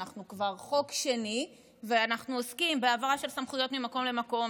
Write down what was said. אנחנו כבר בחוק שני ואנחנו עוסקים בהעברה של סמכויות ממקום למקום.